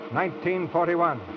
1941